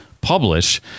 Publish